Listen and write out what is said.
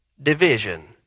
division